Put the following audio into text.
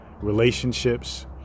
relationships